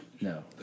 No